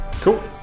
Cool